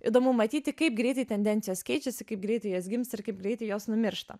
įdomu matyti kaip greitai tendencijos keičiasi kaip greitai jos gimsta ir kaip greitai jos numiršta